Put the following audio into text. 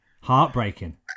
heartbreaking